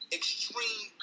extreme